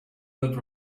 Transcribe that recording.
that